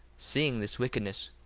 seeing this wickedness,